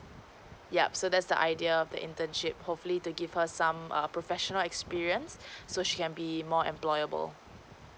yup so that's the idea of the internship hopefully to give her some err professional experience so she can be more employable